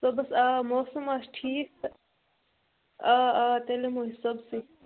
سُہ حظ اوس موسم اوس ٹھیٖک تہٕ آ آ تیٚلہِ یِمَو أسۍ توٚتتھٕے